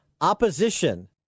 Opposition